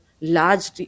large